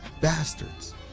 bastards